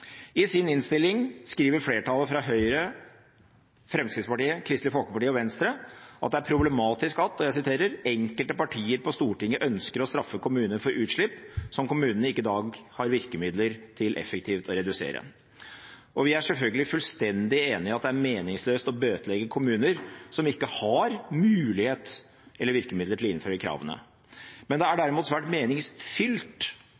I innstillingen skriver flertallet, fra Høyre, Fremskrittspartiet, Kristelige Folkeparti og Venstre, at «det er problematisk at enkelte partier på Stortinget ønsker å straffe kommuner for utslipp som kommunene i dag ikke har virkemidler til effektivt å redusere». Vi er selvfølgelig fullstendig enig i at det er meningsløst å bøtelegge kommuner som ikke har mulighet eller virkemidler til å innføre kravene. Det er derimot svært meningsfylt